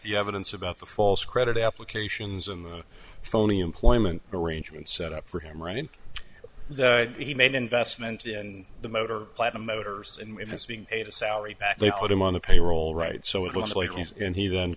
the evidence about the false credit applications in the phony employment arrangements set up for him right in the he made investment in the motor platinum motors and it's being paid a salary back they put him on the payroll right so it looks like he's in he